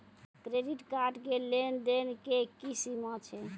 Credit card के लेन देन के की सीमा छै?